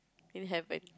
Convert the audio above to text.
in heaven